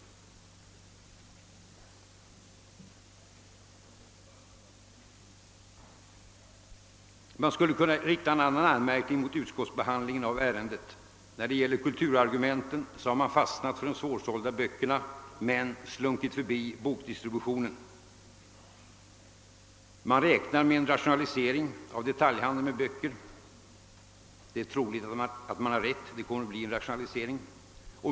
Man skulle kunna rikta en annan anmärkning mot utskottets behandling av ärendet: när det gäller kulturargumenten har man fastnat för de svårsålda böckerna men slunkit förbi distributionen. Man räknar med en rationalisering av detaljhandeln med böcker. Det är troligt att man har rätt och att det kommer att bli en rationalisering.